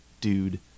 dude